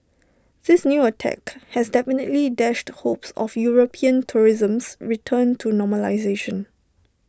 this new attack has definitely dashed hopes of european tourism's return to normalisation